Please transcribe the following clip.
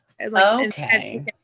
Okay